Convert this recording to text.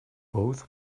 both